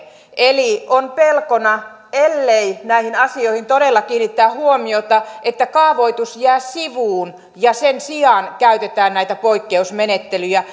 eli on pelkona ellei näihin asioihin todella kiinnitetä huomiota että kaavoitus jää sivuun ja sen sijaan käytetään näitä poikkeusmenettelyjä